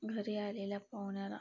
घरी आलेल्या पाहुण्याला